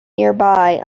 nearby